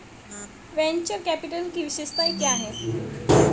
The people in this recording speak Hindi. वेन्चर कैपिटल की विशेषताएं क्या हैं?